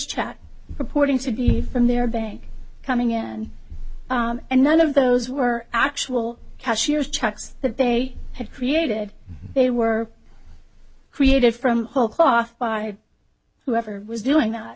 checks purporting to be from their bank coming in and none of those were actual cashiers checks that they had created they were created from whole cloth by whoever was doing